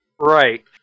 right